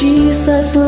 Jesus